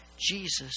Jesus